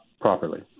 properly